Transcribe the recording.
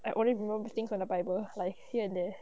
I only remember things from a bible like here and there